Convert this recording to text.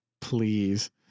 please